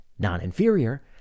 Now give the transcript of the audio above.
non-inferior